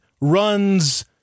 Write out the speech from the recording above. runs